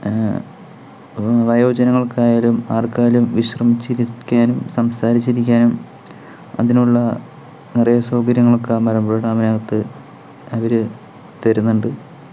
വയോജനങ്ങൾക്കായാലും ആർക്കായാലും വിശ്രമിച്ചിരിക്കാനും സംസാരിച്ചിരിക്കാനും അതിനുള്ള നിറയെ സൗകര്യങ്ങളൊക്കെ ആ മലമ്പുഴ ഡാമിനകത്ത് അവർ തരുന്നുണ്ട്